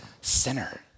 sinner